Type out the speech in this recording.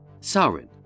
Sarin